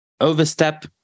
overstep